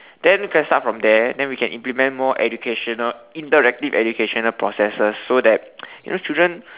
then we can start from there then we can implement more educational interactive educational processes so that you know children